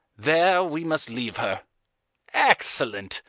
there we must leave her excellent!